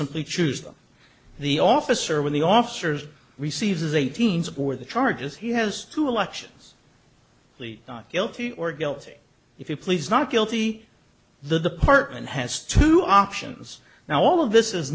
simply choose them the officer when the officers receive his eighteen's or the charges he has to elections plead not guilty or guilty if you please not guilty the department has two options now all of this is